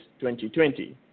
2020